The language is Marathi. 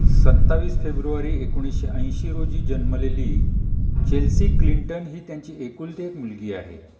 सत्तावीस फेब्रुवारी एकोणीसशे ऐंशी रोजी जन्मलेली चेल्सी क्लिंटन ही त्यांची एकुलती एक मुलगी आहे